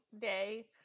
day